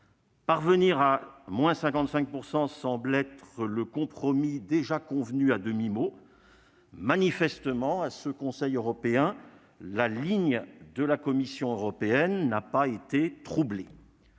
d'ici à 2030, qui semble représenter le compromis déjà convenu à demi-mot. Manifestement, lors de ce Conseil européen, la ligne de la Commission européenne n'a pas été troublée.